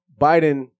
biden